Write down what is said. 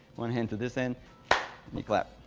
one hand to this end, and you clap.